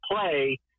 play